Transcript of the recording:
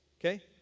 Okay